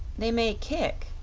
they may kick,